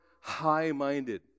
high-minded